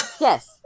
Yes